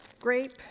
Grape